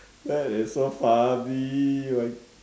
that is so funny oh my